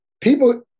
People